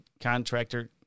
contractor